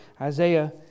Isaiah